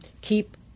Keep